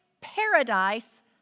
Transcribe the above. paradise